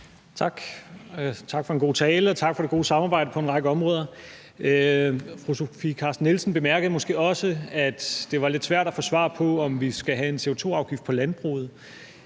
Tak for en god tale, og tak for det gode samarbejde på en række områder. Fru Sofie Carsten Nielsen bemærkede måske også, at det var lidt svært at få svar på, om vi skal have en CO2-afgift på landbruget.